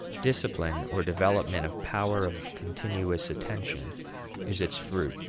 discipline or development of power of continuous attention is its fruit.